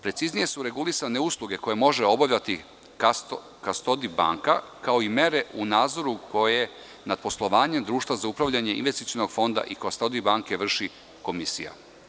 Preciznije su regulisane usluge koje može obavljati kastodi banka, kao i mere u nazoru koje na poslovanju društva za upravljanje investicionog fonda i kastodi banke vrši komisija.